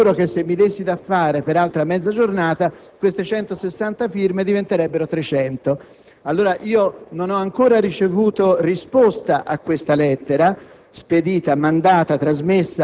con l'altro lato; sono però sicuro che se mi dessi da fare per un'altra mezza giornata queste 160 firme diventerebbero 300. Non ho ancora ricevuto risposta a questa lettera,